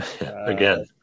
Again